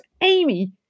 Amy